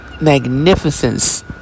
magnificence